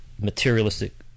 materialistic